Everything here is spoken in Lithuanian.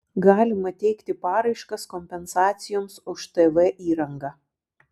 galima teikti paraiškas kompensacijoms už tv įrangą